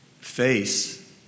face